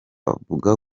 avuga